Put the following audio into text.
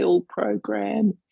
program